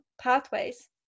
pathways